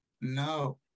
No